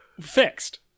Fixed